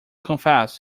confess